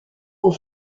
aux